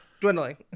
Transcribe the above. dwindling